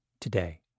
today